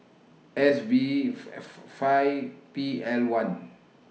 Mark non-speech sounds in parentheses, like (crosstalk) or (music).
S V (noise) five P L one